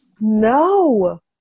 no